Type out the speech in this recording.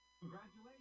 Congratulations